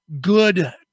good